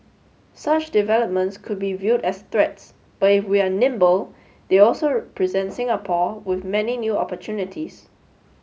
such developments could be viewed as threats but if we are nimble they also present Singapore with many new opportunities